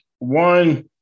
One